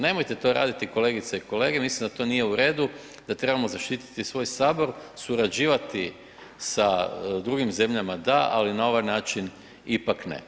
Nemojte to raditi kolegice i kolege, mislim da to nije u redu, da trebamo zaštiti svoj Sabor, surađivati sa drugim zemljama da, ali na ovaj način ipak ne.